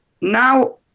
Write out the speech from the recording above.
now